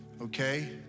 Okay